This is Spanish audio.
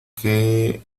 qué